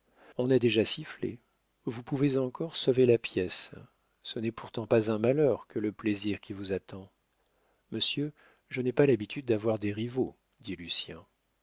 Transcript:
on a déjà sifflé vous pouvez encore sauver la pièce ce n'est pourtant pas un malheur que le plaisir qui vous attend monsieur je n'ai pas l'habitude d'avoir des rivaux dit lucien